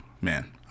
man